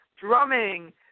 drumming